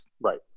Right